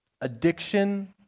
addiction